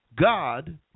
god